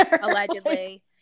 Allegedly